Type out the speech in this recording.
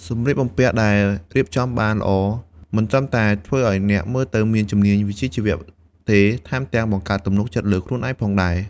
សម្លៀកបំពាក់ដែលរៀបចំបានល្អ មិនត្រឹមតែធ្វើឲ្យអ្នកមើលទៅមានជំនាញវិជ្ជាជីវៈទេថែមទាំងបង្កើនទំនុកចិត្តលើខ្លួនឯងផងដែរ។